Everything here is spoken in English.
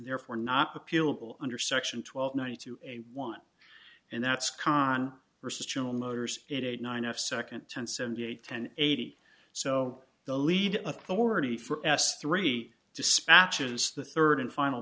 therefore not appealable under section twelve one two one and that's con versus general motors it eight nine of second ten seventy eight ten eighty so the lead authority for s three dispatches the third and final